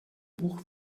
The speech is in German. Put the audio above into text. buch